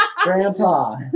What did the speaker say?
Grandpa